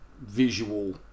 visual